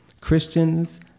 Christians